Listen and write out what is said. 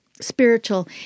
spiritual